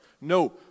No